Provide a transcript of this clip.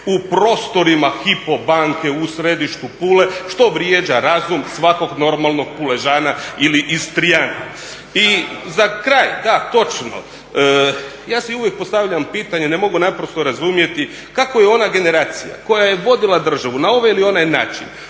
u prostorima Hypo banke u središtu Pule što vrijeđa razum svakog normalno Puležana ili Istrijana. I za kraj, da, točno, ja si uvijek postavljam pitanje, ne mogu naprosto razumjeti kako je ona generacija koja je vodila državu na ovaj ili onaj način